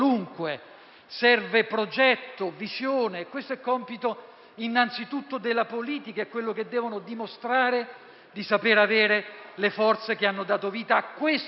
Servono progetto e visione; questi sono compiti innanzitutto della politica, è quanto devono dimostrare di saper avere le forze che hanno dato vita a questo Governo.